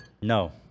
No